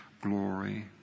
glory